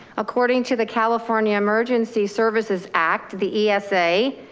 according to the california emergency services act, the esa,